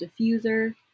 diffuser